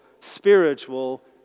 spiritual